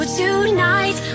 tonight